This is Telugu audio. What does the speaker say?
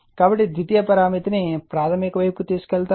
కాబట్టి ద్వితీయ పరామితిని ప్రాధమిక వైపుకు తీసుకువెళతారు